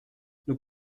nous